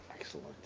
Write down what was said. excellent